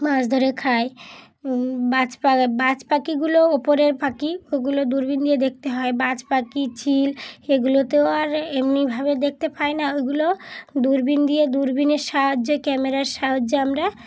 মাছ ধরে খাই বাজ বাজ পাখিগুলো ওপরের পাখি ওগুলো দূরবীন দিয়ে দেখতে হয় বাজ পাখি চিল এগুলোতেও আর এমনিভাবে দেখতে পাই না ওইগুলো দূরবীন দিয়ে দূরবীনের সাহায্যে ক্যামেরার সাহায্যে আমরা